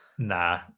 nah